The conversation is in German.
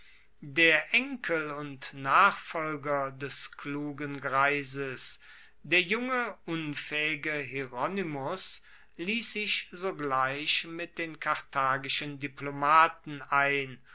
der enkel und nachfolger des klugen greises der junge unfaehige hieronymus liess sich sogleich mit den karthagischen diplomaten ein